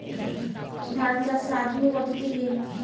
ধান চাষের আধুনিক পদ্ধতি কি?